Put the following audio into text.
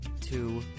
two